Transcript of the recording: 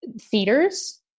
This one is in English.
theaters